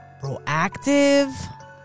proactive